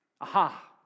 Aha